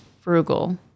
frugal